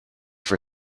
for